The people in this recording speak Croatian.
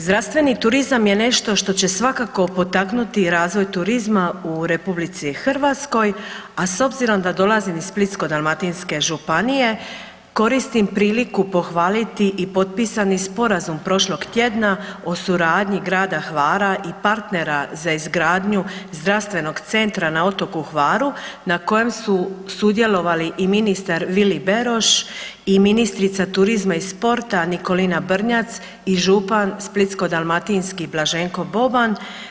Zdravstveni turizam je nešto što će svakako potaknuti razvoj turizma u RH, a s obzirom da dolazim iz Splitsko-dalmatinske županije koristim priliku pohvaliti i potpisani sporazum prošlog tjedna o suradnji grada Hvara i partnera za izgradnju zdravstvenog centra na otoku Hvaru na kojem su sudjelovali i ministar Vili Beroš i ministrica turizma i sporta Nikolina Brnjac i župan Splitsko-dalmatinski Blaženko Boban.